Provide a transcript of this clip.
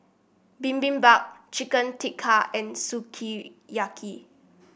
Bibimbap Chicken Tikka and Sukiyaki